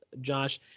Josh